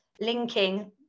linking